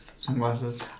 Sunglasses